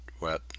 wet